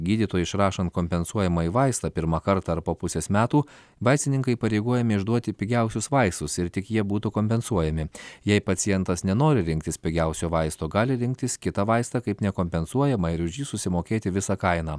gydytojui išrašant kompensuojamąjį vaistą pirmą kartą ar po pusės metų vaistininkai įpareigojami išduoti pigiausius vaistus ir tik jie būtų kompensuojami jei pacientas nenori rinktis pigiausio vaisto gali rinktis kitą vaistą kaip nekompensuojamą ir už jį susimokėti visą kainą